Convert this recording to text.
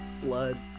blood